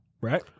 Right